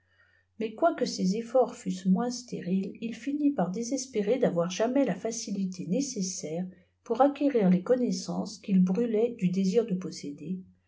d'ardeur maisquoique ses effortè fussent moins stériles il finit par désespérer d'avoir jamaîs la facilité nécessaire pour acquérir les connaissances qu'il brûlait du désir de posséder